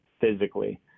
physically